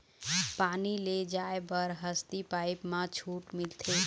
पानी ले जाय बर हसती पाइप मा छूट मिलथे?